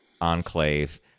enclave